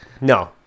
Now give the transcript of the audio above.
No